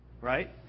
Right